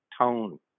tone